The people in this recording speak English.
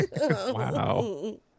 Wow